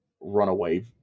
runaway